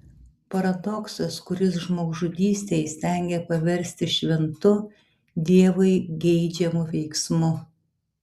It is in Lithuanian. paradoksas kuris žmogžudystę įstengia paversti šventu dievui geidžiamu veiksmu